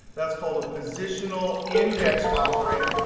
that's called a positional index operator.